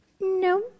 No